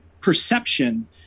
perception